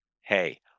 hey